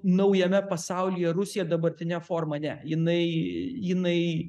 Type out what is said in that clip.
naujame pasaulyje rusija dabartine forma ne jinai jinai